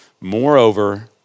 Moreover